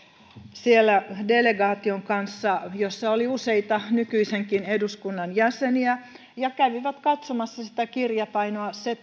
siellä delegaation kanssa jossa oli useita nykyisen eduskunnan jäseniä ja he kävivät katsomassa sitä kirjapainoa se